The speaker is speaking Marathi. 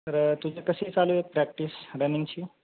तर तुझी कशी चालू आहे प्रॅक्टिस रनिंगची